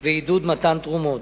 בפעילותם ועידוד מתן תרומות.